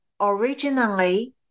originally